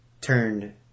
turned